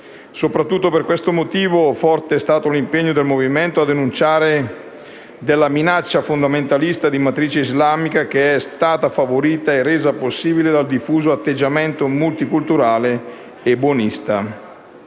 Soprattutto per questo motivo, forte è stato l'impegno del movimento nel denunciare la minaccia fondamentalista di matrice islamica, che è stata favorita e resa possibile dal diffuso atteggiamento multiculturale e buonista.